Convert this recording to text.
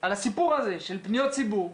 על הסיפור הזה של פניות ציבור.